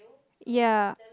ya